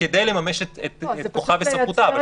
כדי לממש את כוחה וסמכותה.